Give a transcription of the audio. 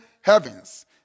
heavens